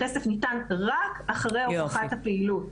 הכסף ניתן רק אחרי הוכחת הפעילות.